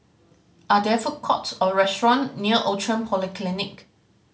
are there food courts or restaurant near Outram Polyclinic